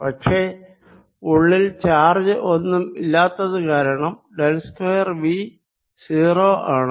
പക്ഷെ ഉള്ളിൽ ചാർജ് ഒന്നും ഇല്ലാത്തത് കാരണം ഡെൽ സ്ക്വയർ V 0 ആണ്